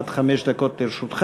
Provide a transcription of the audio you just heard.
עד חמש דקות לרשותך.